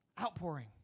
Outpouring